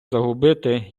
загубити